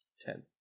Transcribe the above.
ten